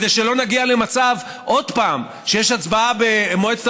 כדי שלא נגיע עוד פעם למצב שיש הצבעה במועצת